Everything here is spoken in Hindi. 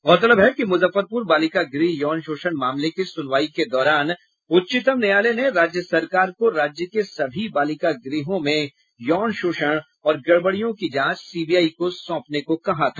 गौरतलब है कि मुजफ्फरपुर बालिका गृह यौन शोषण मामले की सुनवाई के दौरान उच्चतम न्यायालय ने राज्य सरकार को राज्य के सभी बालिका गृहों में यौन शोषण और गड़बड़ियों की जांच सीबीआई को सौंपने को कहा था